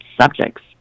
subjects